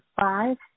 five